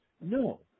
no